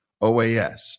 OAS